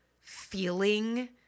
feeling